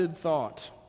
thought